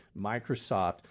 Microsoft